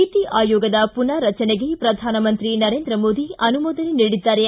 ನೀತಿ ಆಯೋಗದ ಪುನಾರಚನೆಗೆ ಪ್ರಧಾನಮಂತ್ರಿ ನರೇಂದ್ರ ಮೋದಿ ಅನುಮೋದನೆ ನೀಡಿದ್ದಾರೆ